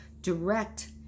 direct